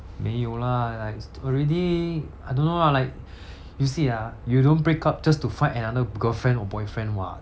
没有 lah I already I don't know lah like you see ah you don't break up just to find another girlfriend or boyfriend [what]